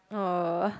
or